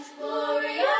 Gloria